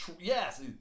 yes